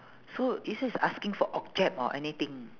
so is this asking for object or anything